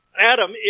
Adam